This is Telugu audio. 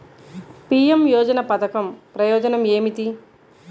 పీ.ఎం యోజన పధకం ప్రయోజనం ఏమితి?